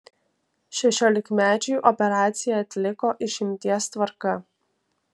šešiolikmečiui operaciją atliko išimties tvarka